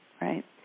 right